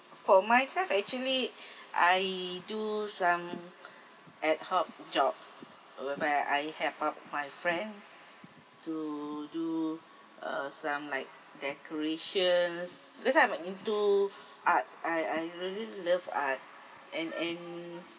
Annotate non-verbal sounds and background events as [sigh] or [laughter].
for myself actually [breath] I do some ad hoc jobs whereby I have help my friend to do uh some like decorations because I'm uh into arts I I really love art and and